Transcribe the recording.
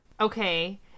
Okay